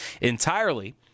entirely